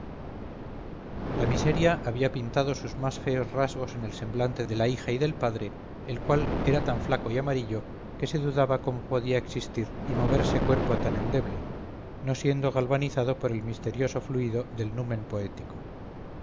la miseria había pintado sus más feos rasgos en el semblante de la hija y del padre el cual era tan flaco y amarillo que se dudaba cómo podía existir y moverse cuerpo tan endeble no siendo galvanizado por el misterioso fluido del numen poético